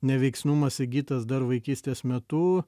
neveiksnumas įgytas dar vaikystės metu